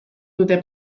dute